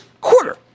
quarter